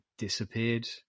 disappeared